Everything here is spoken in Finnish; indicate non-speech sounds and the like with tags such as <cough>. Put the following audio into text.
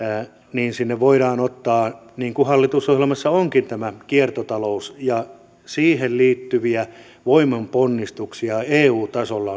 niin sinne voidaan ottaa niin kuin hallitusohjelmassa onkin tämä kiertotalous ja siihen liittyviä voimanponnistuksia eu tasolla <unintelligible>